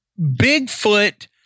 bigfoot